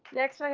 next,